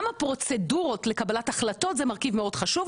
גם הפרוצדורות לקבלת החלטות זה מרכיב מאוד חשוב,